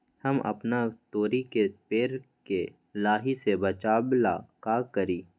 हम अपना तोरी के पेड़ के लाही से बचाव ला का करी?